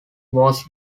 was